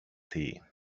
tea